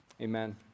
Amen